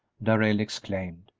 darrell exclaimed.